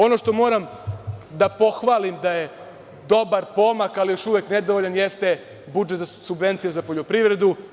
Ono što moram da pohvalim da je dobar pomaka, ali još uvek nedovoljan budžet za subvencije za poljoprivredu.